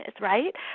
right